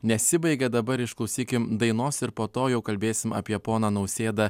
nesibaigė dabar išklausykim dainos ir po to jau kalbėsim apie poną nausėdą